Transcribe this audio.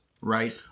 right